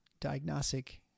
diagnostic